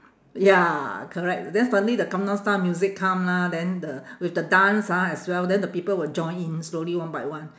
ya correct then suddenly the gangnam style music come lah then the with the dance ah as well then the people will join in slowly one by one